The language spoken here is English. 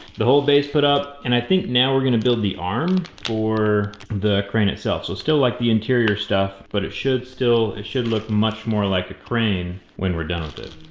the whole base put up. and i think now we're going to build the arm for the crane itself. so still like the interior stuff, but it should still. it should look much more like a crane when we're done with it.